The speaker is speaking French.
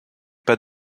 pas